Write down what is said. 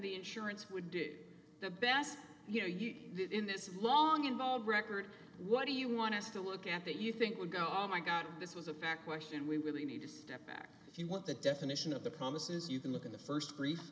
the insurance would do the best you know you did in this long involved record what do you want us to look at that you think would go oh my god this was a backlash and we really need to step back if you want the definition of the promises you can look in the first